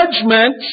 judgment